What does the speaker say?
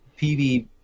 PV